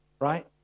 Right